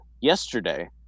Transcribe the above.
yesterday